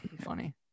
Funny